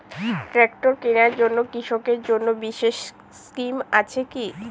Tractor কেনার জন্য কৃষকদের জন্য বিশেষ স্কিম আছে কি?